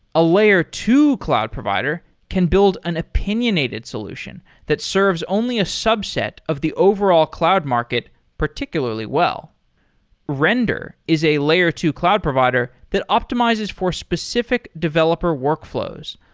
a layer two cloud provider can build an opinionated solution that serves only a subset of the overall cloud market particularly well render is a layer two cloud provider that optimizes for specific developer workflows,